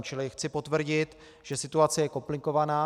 Čili chci potvrdit, že situace je komplikovaná.